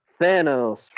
Thanos